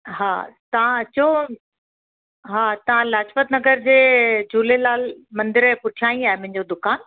हा तव्हां अचो हा तव्हां लाजपत नगर जे झूलेलाल मंदिर जे पुठिया ई आहे मुंहिंजो दुकानु